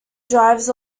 drives